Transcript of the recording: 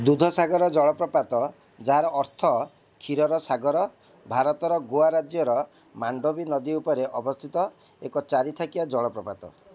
ଦୁଧସାଗର ଜଳପ୍ରପାତ ଯାହାର ଅର୍ଥ କ୍ଷୀରର ସାଗର ଭାରତର ଗୋଆ ରାଜ୍ୟର ମାଣ୍ଡୋଭି ନଦୀ ଉପରେ ଅବସ୍ଥିତ ଏକ ଚାରି ଥାକିଆ ଜଳପ୍ରପାତ